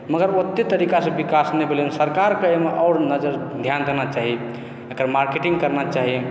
मगर ओतए तरीकासँ विकास नहि भेलय सरकारके एहिमे आओर नजर ध्यान देना चाही एकर मार्केटिंग करना चाही